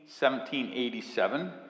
1787